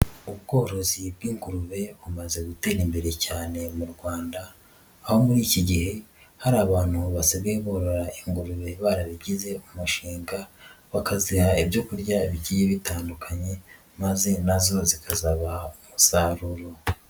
Ubworozi bw'ingurube bumaze gutera imbere cyane mu Rwanda, aho muri iki gihe hari abantu basigaye borora ingurube barabigize umushinga, bakaziha ibyo kurya bigiye bitandukanye maze na zo zikazabaha umusaruro.